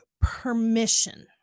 permission